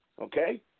okay